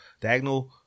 diagonal